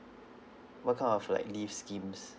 what kind of like leave schemes